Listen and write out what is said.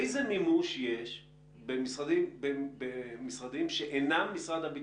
איזה מימוש יש במשרדים שאינם משרד הביטחון?